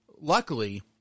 luckily